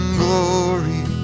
glory